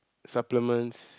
supplements